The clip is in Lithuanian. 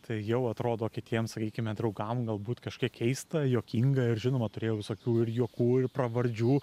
tai jau atrodo kitiems sakykime draugam galbūt kažkiek keista juokinga ir žinoma turėjau visokių ir juokų ir pravardžių